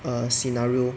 err scenario